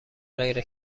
غیر